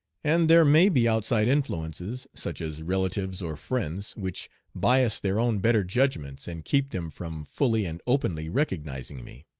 and there may be outside influences, such as relatives or friends, which bias their own better judgments and keep them from fully and openly recognizing me.